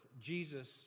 Jesus